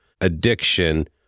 addiction